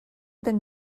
been